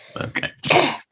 Okay